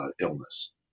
illness